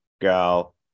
gal